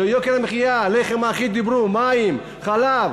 על יוקר המחיה, על הלחם האחיד דיברו, מים, חלב.